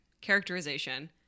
Characterization